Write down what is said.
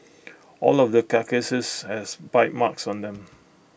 all of the carcasses have bite marks on them